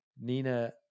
Nina